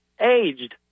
aged